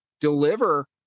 deliver